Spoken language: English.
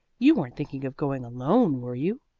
you weren't thinking of going alone, were you?